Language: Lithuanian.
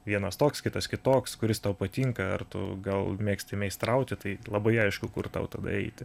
vienas toks kitas kitoks kuris tau patinka ar tu gal mėgsti meistrauti tai labai aišku kur tau tada eiti